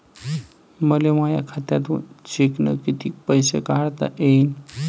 मले माया खात्यातून चेकनं कितीक पैसे काढता येईन?